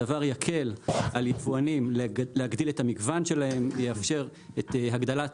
הדבר יקל על יבואנים להגדיל את המגוון שלהם ויאפשר את הגדלת